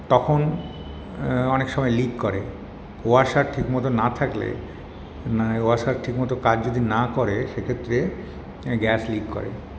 তখন অনেক সময় লিক করে ওয়াশার ঠিকমতো না থাকলে মানে ওয়াশার ঠিকমতো কাজ যদি না করে সেক্ষেত্রে গ্যাস লিক করে